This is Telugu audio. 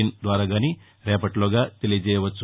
ఇన్ ద్వారా గాని రేపటిలోగా తెలియజేయవచ్చు